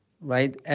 right